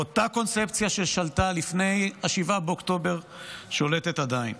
ואותה קונספציה ששלטה לפני 7 באוקטובר עדיין שולטת.